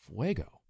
fuego